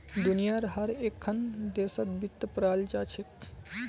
दुनियार हर एकखन देशत वित्त पढ़ाल जा छेक